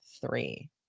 three